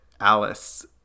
Alice